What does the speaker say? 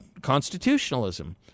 constitutionalism